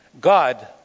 God